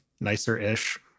nicer-ish